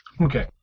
Okay